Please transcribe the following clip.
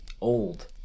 old